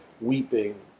weeping